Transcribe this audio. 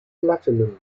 platinum